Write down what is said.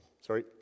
Sorry